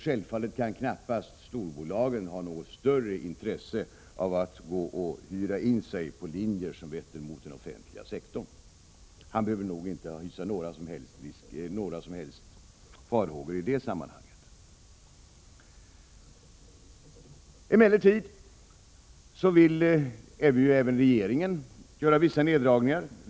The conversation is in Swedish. Självfallet kan storbolagen knappast ha något större intresse av att hyra in sig på linjer som vetter mot den offentliga sektorn. Bo Hammar behöver nog inte hysa några som helst farhågor i det sammanhanget. Även regeringen vill göra vissa neddragningar.